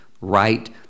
right